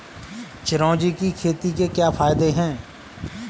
चिरौंजी की खेती के क्या फायदे हैं?